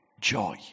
joy